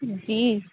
جی